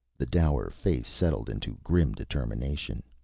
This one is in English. the dour face settled into grim determination.